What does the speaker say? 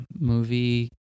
movie